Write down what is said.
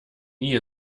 nie